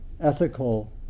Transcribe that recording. ethical